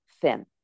thin